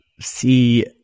see